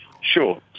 Sure